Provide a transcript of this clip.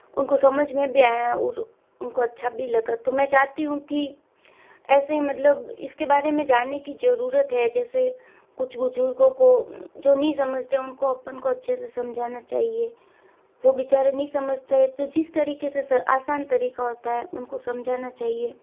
उनको समझ में भी आया और उनको अच्छा भी लगा तो मैं चाहती हूँ कि ऐसे मतलब इसके बारे में जानने की ज़रूरत है जैसे कुछ बुज़ुर्गों को जो नहीं समझते उनको अपन को अच्छे से समझना चाहिए वो बिचारे नहीं समझते हैं तो जिस तरीक़े से स आसान तरीक़ा होता है उनको समझाना चाहिए